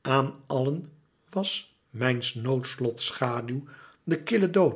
aan allen was mijns noodlots schaduw de kille